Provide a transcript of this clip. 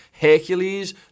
Hercules